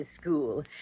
school